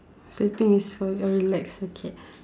sleeping is for your relax okay